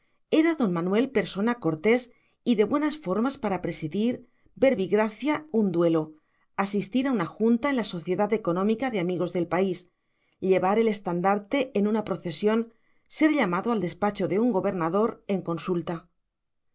era don manuel persona cortés y de buenas formas para presidir verbigracia un duelo asistir a una junta en la sociedad económica de amigos del país llevar el estandarte en una procesión ser llamado al despacho de un gobernador en consulta